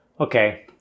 Okay